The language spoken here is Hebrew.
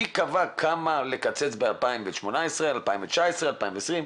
מי קבע כמה לקצץ ב-2018, 2019, 2020?